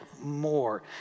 more